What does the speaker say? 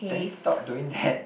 then stop doing that